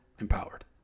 empowered